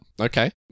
okay